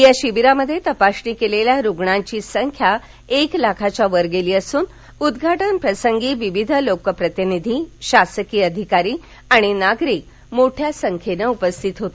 या शिबिरामध्ये तपासणी केलेल्या रूग्णांची संख्या एक लाखाच्या वर गेली असुन उद्घाटन प्रसंगी विविध लोकप्रतिनिधी शासकीय अधिकारी आणि नागरिक मोठ्या संख्येने उपस्थित होते